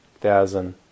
thousand